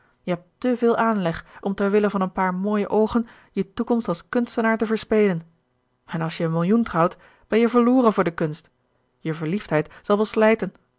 je hebt te veel aanleg om ter wille van een paar mooie oogen je toekomst als kunstenaar te verspelen en als je een millioen trouwt ben je verloren voor de kunst je verliefdheid zal wel slijten